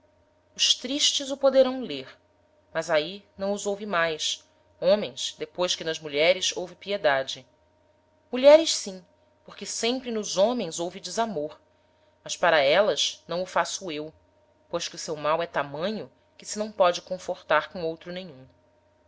os tristes o poderão lêr mas ahi não os houve mais homens depois que nas mulheres houve piedade mulheres sim porque sempre nos homens houve desamor mas para élas não o faço eu pois que o seu mal é tamanho que se não póde confortar com outro nenhum